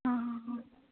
हां हां हां